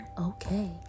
okay